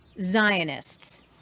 Zionists